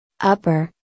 Upper